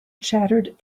chattered